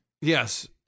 Yes